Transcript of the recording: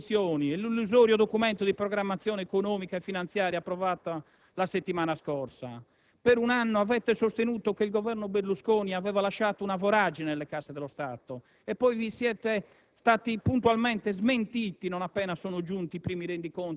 dell'ordinamento giudiziario, il pasticciato accordo sulle pensioni e l'illusorio Documento di programmazione economica-finanziaria approvato la settimana scorsa. Per un anno avete sostenuto che il Governo Berlusconi aveva lasciato una voragine nelle casse dello Stato e poi siete stati